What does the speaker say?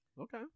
Okay